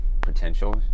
potential